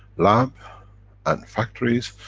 lab and factories,